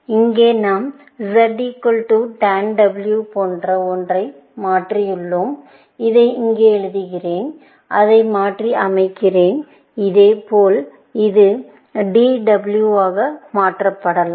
இங்கே நாம் Z equal to tan W போன்ற ஒன்றை மாற்றியுள்ளோம் இதை இங்கே எழுதுகிறேன் அதை மாற்றி அமைக்கிறேன் அதேபோல் இது d w ஆக மாற்றப்படலாம்